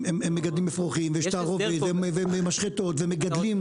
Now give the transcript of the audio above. הם מגדלים אפרוחים, ויש תערובת, ומשחטות ומגדלים.